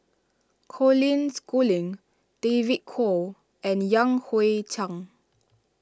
Colin Schooling David Kwo and Yan Hui Chang